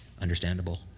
understandable